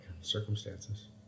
circumstances